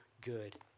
good